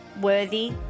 worthy